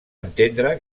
entendre